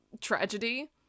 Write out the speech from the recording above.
tragedy